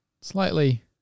slightly